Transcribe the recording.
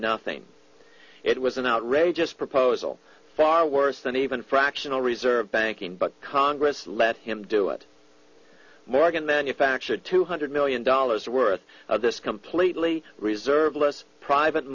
nothing it was an outrageous proposal far worse than even fractional reserve banking but congress let him do it morgan manufactured two hundred million dollars worth of this completely reserve less private